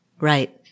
Right